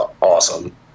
awesome